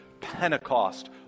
Pentecost